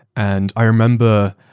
and i remember,